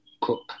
Cook